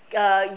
uh